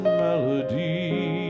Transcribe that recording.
melody